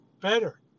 better